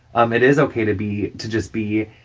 um it is ok to be to just be,